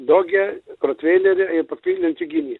dogę rotveilerį ir paskui lenciūginį